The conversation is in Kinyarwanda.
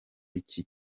iki